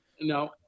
No